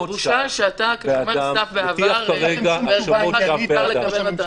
זאת בושה שאתה --- בעבר --- לגבי מתנות.